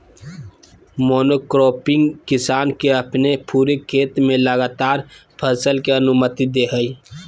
monocropping किसान के अपने पूरे खेत में लगातार फसल के अनुमति दे हइ